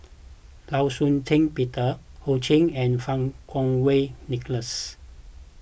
Law Shau Ping Peter Ho Ching and Fang Kuo Wei Nicholas